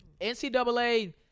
NCAA